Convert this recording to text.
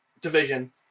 division